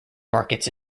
markets